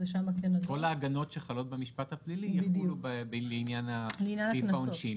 זה שם --- כל ההגנות שחלות במשפט הפלילי יחולו לעניין סעיף העונשין.